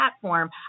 platform